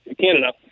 Canada